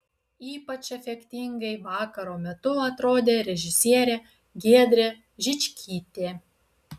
ypač efektingai vakaro metu atrodė režisierė giedrė žičkytė